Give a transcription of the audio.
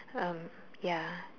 um ya